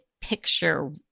picture